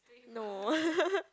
no